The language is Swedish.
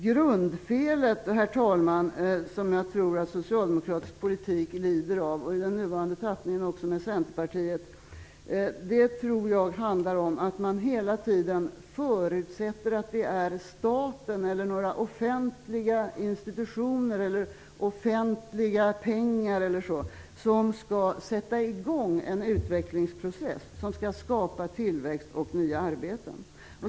Grundfelet, herr talman, som jag tror att socialdemokratisk politik lider av - och i nuvarande tappning också Centerpartiet - är att man hela tiden förutsätter att det är staten eller några offentliga institutioner, offentliga pengar, som skall sätta i gång en utvecklingsprocess som skall skapa tillväxt och nya arbeten.